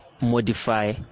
modify